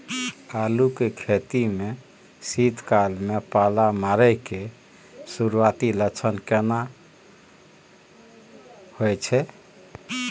आलू के खेती में शीत काल में पाला मारै के सुरूआती लक्षण केना होय छै?